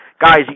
guys